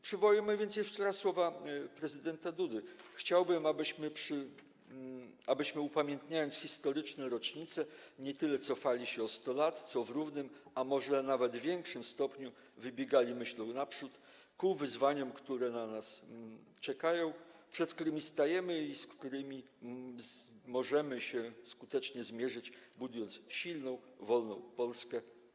Przywołajmy więc jeszcze raz słowa prezydenta Dudy: Chciałbym, abyśmy upamiętniając historyczne rocznice, nie tyle cofali się o 100 lat, co w równym, a może nawet większym stopniu wybiegali myślą naprzód - ku wyzwaniom, które na nas czekają, przed którymi stajemy i z którymi możemy się skutecznie mierzyć, budując silną, wolną Polskę.